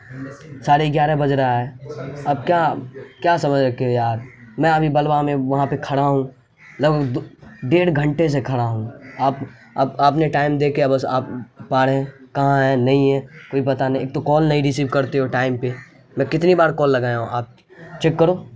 ساڑھے گیارہ بج رہا ہے اب کیا کیا سمجھ رکھے ہو یار میں ابھی بلوا میں وہاں پہ کھڑا ہوں لگ بھگ دو ڈیڑھ گھنٹے سے کھڑا ہوں اب اب آپ نے ٹائم دیکھ کے بس آپ آپ آ رہے ہیں کہاں ہیں نہیں ہیں کوئی پتا نہیں ایک تو کال نہیں رسیو کرتے ہو ٹائم پہ میں کتنی بار کال لگایا ہوں آپ چیک کرو